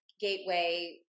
gateway